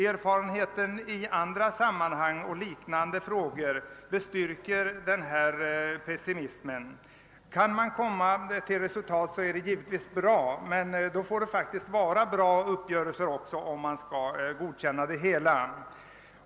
Erfarenheterna i andra sammanhang beträffande liknande frågor bestyrker denna pessimism. Kan man komma till resultat är det givetvis bra, men då får det faktiskt också bli bra uppgörelser, om de skall kunna godkännas.